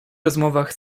rozmowach